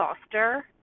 foster